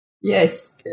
yes